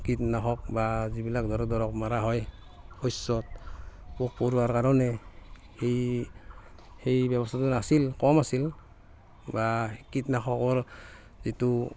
কীটনাশক বা যিবিলাক দৰৱ ধৰক মৰা হয় শস্যত পোক পৰুৱাৰ কাৰণে এই এই ব্যৱস্থাটো নাছিল কম আছিল বা কীটনাশকৰ যিটো